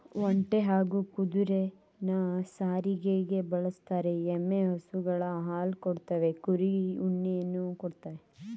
ಒಂಟೆ ಹಾಗೂ ಕುದುರೆನ ಸಾರಿಗೆಗೆ ಬಳುಸ್ತರೆ, ಎಮ್ಮೆ ಹಸುಗಳು ಹಾಲ್ ಕೊಡ್ತವೆ ಕುರಿಗಳು ಉಣ್ಣೆಯನ್ನ ಕೊಡ್ತವೇ